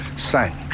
Sank